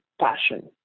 passion